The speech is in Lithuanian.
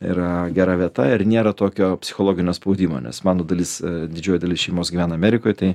yra gera vieta ir nėra tokio psichologinio spaudimo nes mano dalis didžioji dalis šeimos gyvena amerikoj tai